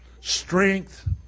strength